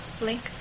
link